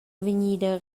vegnida